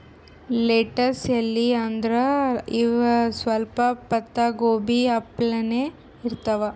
lettuce ಎಲಿ ಅಂದ್ರ ಇವ್ ಸ್ವಲ್ಪ್ ಪತ್ತಾಗೋಬಿ ಅಪ್ಲೆನೇ ಇರ್ತವ್